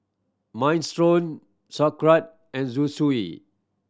Minestrone Sauerkraut and Zosui